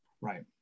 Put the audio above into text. Right